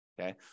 Okay